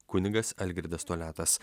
kunigas algirdas toliatas